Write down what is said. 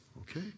Okay